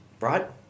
right